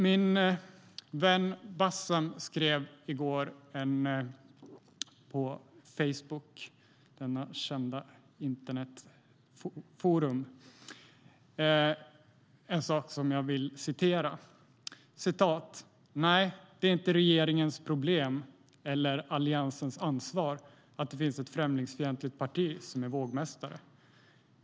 Min vän Bassam skrev i går på Facebook, detta kända internetforum, en sak som jag vill återge: Nej, det är inte regeringens problem eller Alliansens ansvar att det finns ett främlingsfientligt parti som är vågmästare.